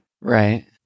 right